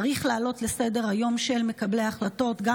צריך לעלות לסדר-היום של מקבלי ההחלטות גם